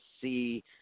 see